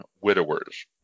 widowers